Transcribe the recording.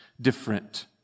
different